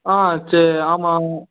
ஆ செ ஆமா